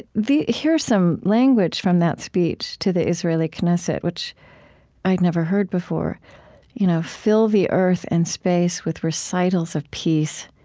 here's some language from that speech to the israeli knesset, which i had never heard before you know fill the earth and space with recitals of peace.